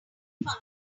many